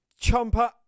Chomper